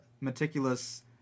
meticulous